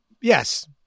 yes